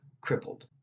crippled